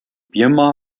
birma